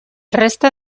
resta